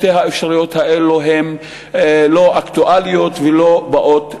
שתי האפשרויות האלה הן לא אקטואליות ולא באות בחשבון,